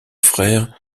frère